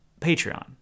Patreon